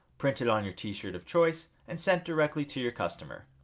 printed on your t-shirt of choice and sent directly to your customer.